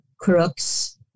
crooks